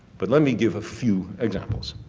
but let me give a few examples